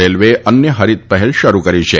રેલવેએ અન્ય હરિત પહેલ શરૂ કરી છે